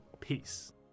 Peace